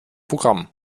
programm